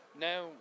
now